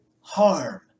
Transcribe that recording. harm